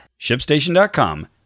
Shipstation.com